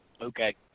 Okay